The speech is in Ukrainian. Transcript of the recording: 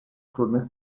складних